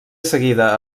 seguida